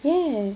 ya